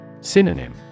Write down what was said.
Synonym